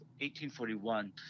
1841